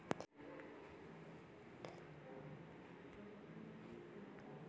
JRF परीक्षा उत्तीर्ण करले त विभाक अनुसंधानेर पैसा मिल छेक